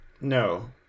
No